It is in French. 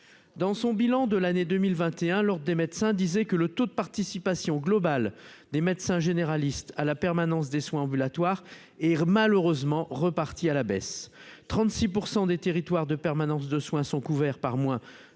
dans son bilan de l'année 2021, l'Ordre des médecins disaient que le taux de participation globale des médecins généralistes à la permanence des soins ambulatoires et malheureusement reparti à la baisse, 36 pour 100 des territoires de permanence de soins sont couverts par moins de 10